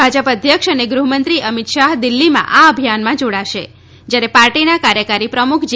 ભાજપ અધ્યક્ષ અને ગૃહમંત્રી અમિત શાહ દિલ્હીમાં આ અભિયાનમાં જોડાશે જ્યારે પાર્ટીના કાર્યકારી પ્રમુખ જે